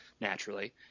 naturally –